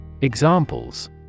Examples